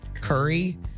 Curry